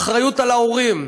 האחריות היא על ההורים,